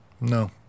No